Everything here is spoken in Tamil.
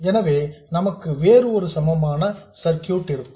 எனவே நமக்கு வேறு ஒரு சமமான சர்க்யூட் இருக்கும்